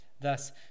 Thus